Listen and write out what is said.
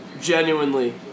genuinely